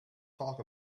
talk